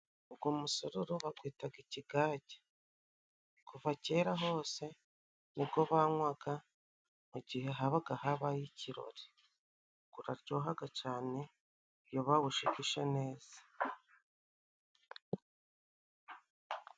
Ugu musururu bagwitaga ikigage. Kuva kera hose ni go banywaga mu gihe habaga habaye ikirori. Guraryoha cyane, iyo bagushigishe neza.